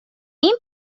این